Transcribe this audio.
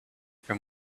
from